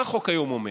מה החוק היום אומר?